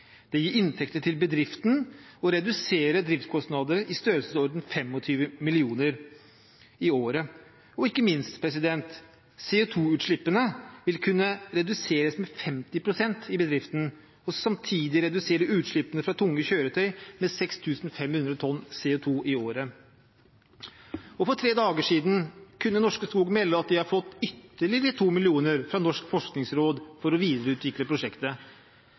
Det gir inntekter til bedriften og reduserer driftskostnader i størrelsesorden 25 mill. kr i året. Og ikke minst: CO2-utslippene vil kunne reduseres med 50 pst. i bedriften og samtidig vil utslippene fra tunge kjøretøy reduseres med 6 500 tonn CO2 i året. For tre dager siden kunne Norske Skog melde at de har fått ytterligere 2 mill. kr fra Norges forskningsråd for å videreutvikle prosjektet.